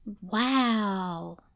Wow